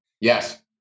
Yes